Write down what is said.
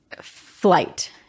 flight